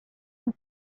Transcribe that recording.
who